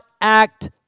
act